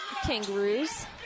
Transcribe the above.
Kangaroos